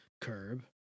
curb